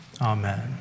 amen